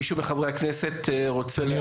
מישהו מחברי הכנסת רוצה?